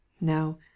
No